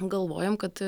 galvojam kad